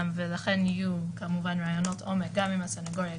לכן יהיו ראיונות עומק גם עם הסנגוריה,